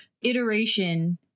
iteration